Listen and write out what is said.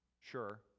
sure